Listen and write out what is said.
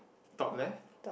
top left